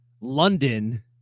London